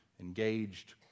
engaged